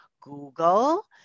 Google